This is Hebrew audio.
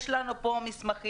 יש לנו פה מסמכים.